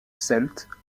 celtes